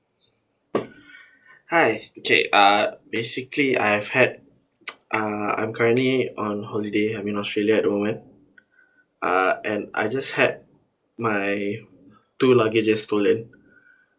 hi J uh basically I've had uh I'm currently on holiday I'm in australia at the moment uh and I just had my two luggages stolen